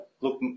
look